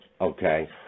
okay